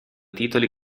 titoli